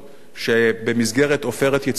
שבמסגרת "עופרת יצוקה",